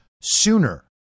sooner